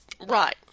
Right